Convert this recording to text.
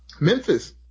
Memphis